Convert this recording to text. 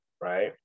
right